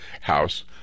house